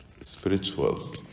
spiritual